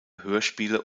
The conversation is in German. hörspiele